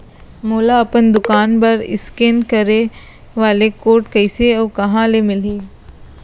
मोला अपन दुकान बर इसकेन करे वाले कोड कइसे अऊ कहाँ ले मिलही?